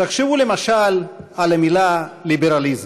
תחשבו למשל על המילה "ליברליזם".